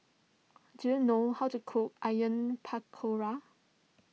do you know how to cook Onion Pakora